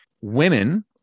Women